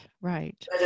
right